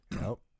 Nope